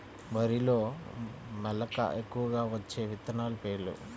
వరిలో మెలక ఎక్కువగా వచ్చే విత్తనాలు పేర్లు?